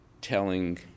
telling